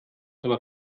aber